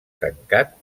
tancat